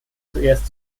zuerst